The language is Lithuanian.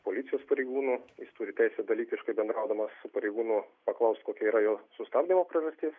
policijos pareigūnų jis turi teisę dalykiškai bendraudamas su pareigūnu paklaust kokia yra jo sustabdymo priežastis